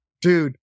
dude